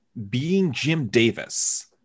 beingjimdavis